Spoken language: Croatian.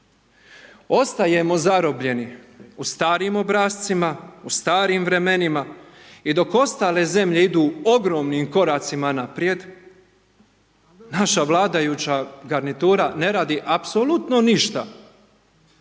Ostajemo zarobljeni u starim obrascima, u starim vremenima i dok ostale zemlje idu ogromnim koracima naprijed, naša vladajuća garnitura ne radi apsolutno ništa